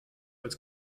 als